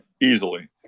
easily